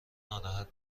ناراحت